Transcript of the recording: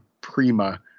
prima